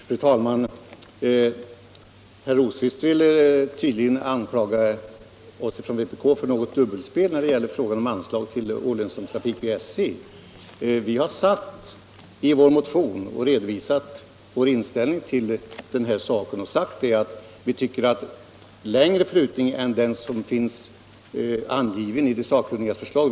Fru talman! Herr Rosqvist vill tydligen anklaga oss från vpk för något dubbelspel när det gäller frågan om anslag till SJ för olönsam trafik. I vår motion har vi redovisat vår inställning till den här saken och sagt, att vi inte vill gå med på en prutning längre än till det belopp som finns angivet i de sakkunnigas förslag.